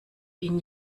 ihn